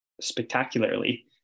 spectacularly